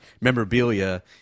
memorabilia